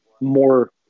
More